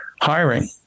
hiring